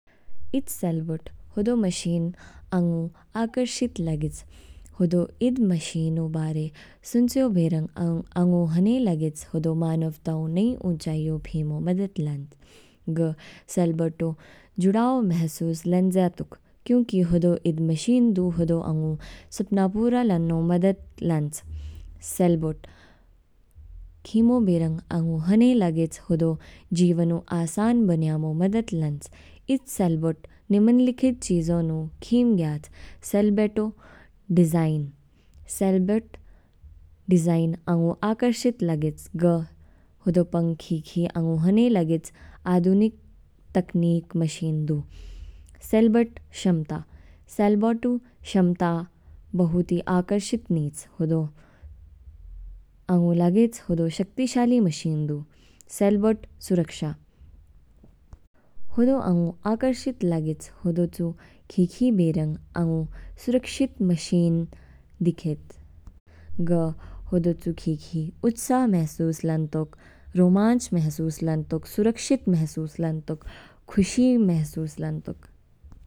Eid sailboat होदो machine आंगू आकर्षित लाग्याच। हो दो ईद मशीन ओ बारे सुनचाओ बैरंग आंगू हने लगयाच, हो दो मानवता उ नई ऊंचाईयों फीमू मदद लाँच। ग सेलबटो जुड़ाव महसूस लांचा दुक, क्योंकि हो दो ईद मशीन दू हो दो आंगू सपना पूरा लान नू मदद लाँच। सेल्बोट खीमू बैरंग आंगू हने लाग्याच, हो दो जीवन उ आसान बनायामु मदद लाँच। ईद सेलबर्ट निम्नलिखित चीज़ों नू खीम गयाच, सेलबटो डिजाइन, सेलबटो डिज़ाइन आंगू आकर्षित लाग्याच, ग हो दो पंग खिखी आंगू हने लाग्याच आधुनिक तकनीक मशीन दू। सेलबटो क्षमता, सेलबटो उ क्षमता वाली आकर्षित नीच, हो दो आंगू लाग्याच आंगू शक्तिशाली मशीन दू। सेलबटो सुरक्षा, होदो आंगु आकर्षित लागेच, हो दो चू खिखि बेरंग आंगू सुरक्षित मशीन दिखायच। ग हो दो चू खिखी उत्साह महसूस लातोंक, रोमांच महसूस लातोंक, सुरक्षित महसूस लातोंक, खुशी महसूस लातोंक।